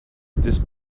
this